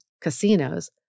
casinos